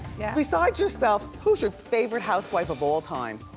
yeah besides yourself, who's your favorite housewife of all time?